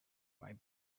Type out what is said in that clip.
might